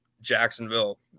Jacksonville